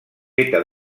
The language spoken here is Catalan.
feta